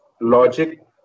logic